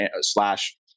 slash